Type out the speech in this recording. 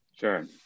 sure